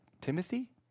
Timothy